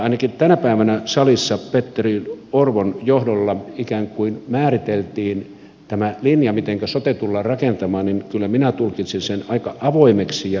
ainakin tänä päivänä salissa petteri orpon johdolla ikään kuin määriteltiin tämä linja miten sote tullaan rakentamaan ja kyllä minä tulkitsin sen aika avoimeksi ja yhteistyöhakuiseksi